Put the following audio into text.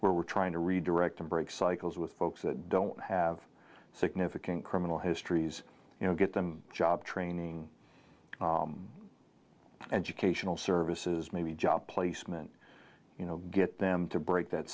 where we're trying to redirect to break cycles with folks that don't have significant criminal histories you know get them job training and education services maybe job placement you know get them to break that